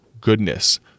goodness